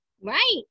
Right